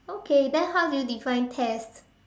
okay then how do you define test